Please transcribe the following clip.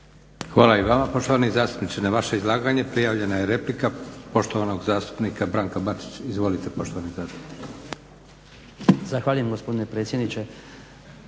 Hvala i vama poštovani zastupniče. Na vaše izlaganje prijavljena je replika poštovanog zastupnika Branka Bačića. Izvolite poštovani zastupniče.